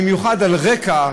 במיוחד על רקע,